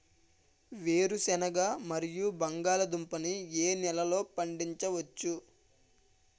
వేరుసెనగ మరియు బంగాళదుంప ని ఏ నెలలో పండించ వచ్చు?